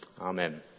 Amen